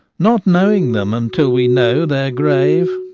not knowing them until we know their grave.